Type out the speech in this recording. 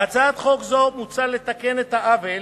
בהצעת חוק זו מוצע לתקן את העוול